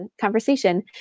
conversation